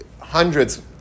hundreds